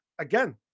again